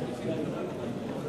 אין מתנגדים ואין נמנעים.